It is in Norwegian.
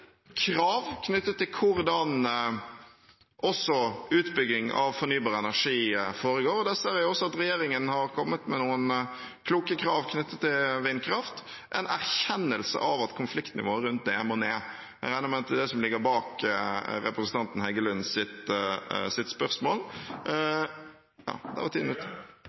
krav til hvordan utbygging av fornybar energi foregår. Der ser jeg at regjeringen har kommet med noen kloke krav knyttet til vindkraft – en erkjennelse av at konfliktnivået rundt det må ned. Jeg regner med at det er det som ligger bak representanten